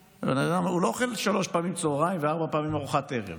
הוא לא אוכל שלוש פעמים צוהריים וארבע פעמים ארוחת ערב.